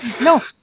No